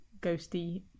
ghosty